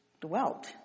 dwelt